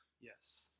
Yes